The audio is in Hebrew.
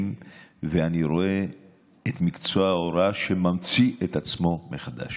ואני רואה את מקצוע ההוראה שממציא את עצמו מחדש.